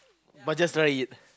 but just write it